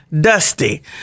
Dusty